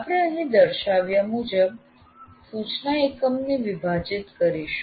આપણે અહીં દર્શાવ્યા મુજબ સૂચના એકમ ને વિભાજીત કરીશું